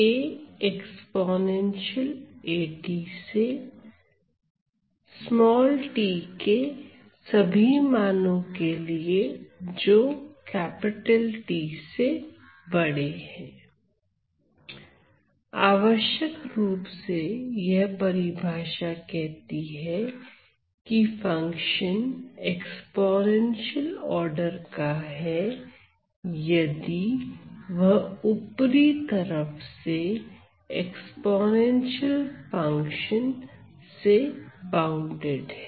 यदि आवश्यक रूप से यह परिभाषा कहती है कि फंक्शन एक्स्पोनेंशियल आर्डर का है यदि वह ऊपरी तरफ से एक्स्पोनेंशियल फंक्शन से बाउंडेड है